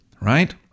right